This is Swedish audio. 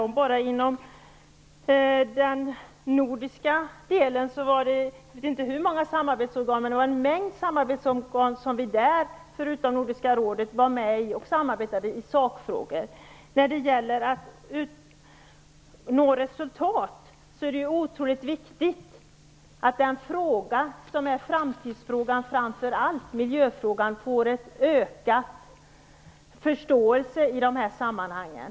När det gäller det nordiska samarbetet finns det förutom Nordiska rådet en mängd samarbetsorgan som Sverige är med i och där vi samarbetar i sakfrågor. För att nå resultat är det otroligt viktigt att vi i den fråga som är framtidsfrågan framför andra, nämligen miljöfrågan, når en ökad förståelse i de här sammanhangen.